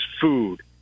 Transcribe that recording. Food